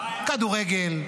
כדורגל,